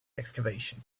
excavation